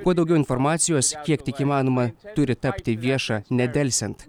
kuo daugiau informacijos kiek tik įmanoma turi tapti vieša nedelsiant